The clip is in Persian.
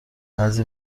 بعضی